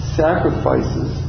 sacrifices